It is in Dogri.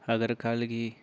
अगर कल गी